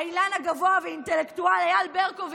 האילן הגבוה והאינטלקטואל אייל ברקוביץ',